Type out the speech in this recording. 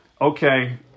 okay